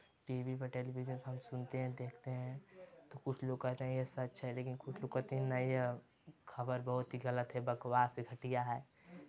T V पर television पर हम सुनते हैं देखते हैं तो कुछ लोग कहते हैं ये सच है लेकिन कुछ लोग कहते हैं नहीं यह खबर बहुत ही गलत है बकवास है घटिया है